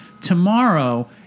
Tomorrow